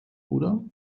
oder